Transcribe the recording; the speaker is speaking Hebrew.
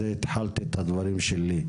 ובזה התחלתי את הדברים שלי,